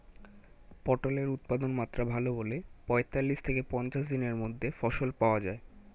পটলের উৎপাদনমাত্রা ভালো বলে পঁয়তাল্লিশ থেকে পঞ্চাশ দিনের মধ্যে ফসল পাওয়া যায়